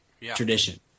tradition